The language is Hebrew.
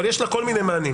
אבל יש לה כל מיני מענים.